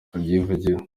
abyivugira